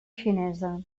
xinesa